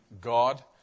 God